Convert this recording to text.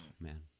man